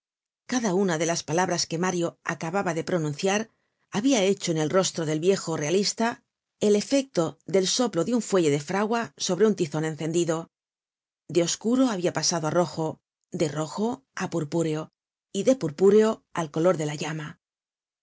cada una de las palabras que mario acababa de pronunciar habia hecho en el rostro del viejo realista el efecto del soplo de un fuelle de fragua sobre un tizon encendido de oscuro habia pasado á rojo de rojo á purpúreo y de purpúreo al color de la llama